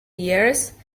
years